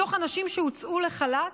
מתוך הנשים שהוצאו לחל"ת,